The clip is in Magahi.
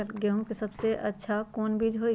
गेंहू के सबसे अच्छा कौन बीज होई?